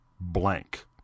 blank